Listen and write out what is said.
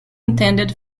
intended